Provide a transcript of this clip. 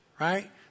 Right